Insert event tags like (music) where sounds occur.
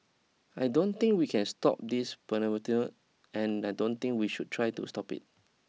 I don't think we can stop this (unintelligible) and I don't think we should try to stop it